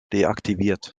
deaktiviert